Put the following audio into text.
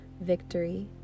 victory